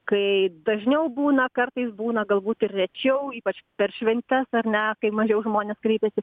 kai dažniau būna kartais būna galbūt ir rečiau ypač per šventes ar ne kai mažiau žmonės kreipiasi